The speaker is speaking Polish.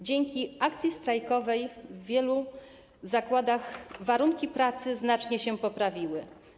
Dzięki akcji strajkowej w wielu zakładach warunki pracy znacznie się poprawiły.